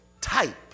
type